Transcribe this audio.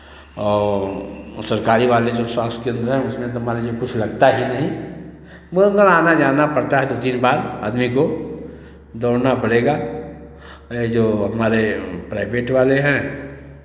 वो सरकारी वाले जो स्वास्थ्य केन्द्र हैं उसमें तो मान लीजिये कुछ लगता ही नहीं मतलब आना जाना पड़ता है दो तीन बार आदमी को दौड़ना पड़ेगा जो हमारे प्राइभेट वाले हैं